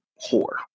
poor